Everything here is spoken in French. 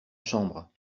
chambre